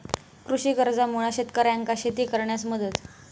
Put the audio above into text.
कृषी कर्जामुळा शेतकऱ्यांका शेती करण्यास मदत